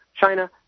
China